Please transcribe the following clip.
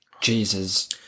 Jesus